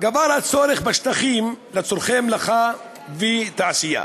גבר הצורך בשטחים לצורכי מלאכה ותעשייה,